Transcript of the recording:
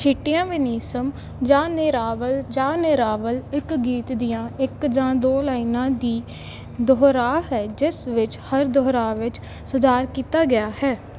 ਸ਼ਿਤਿਆ ਵਿਨੀਸਮ ਜਾਂ ਨਿਰਾਵਲ ਜਾਂ ਨੇਰਾਵਲ ਇੱਕ ਗੀਤ ਦੀਆਂ ਇੱਕ ਜਾਂ ਦੋ ਲਾਈਨਾਂ ਦੀ ਦੁਹਰਾਅ ਹੈ ਜਿਸ ਵਿੱਚ ਹਰ ਦੁਹਰਾਅ ਵਿੱਚ ਸੁਧਾਰ ਕੀਤਾ ਗਿਆ ਹੈ